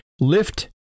lift